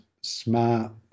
smart